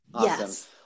Yes